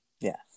Yes